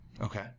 Okay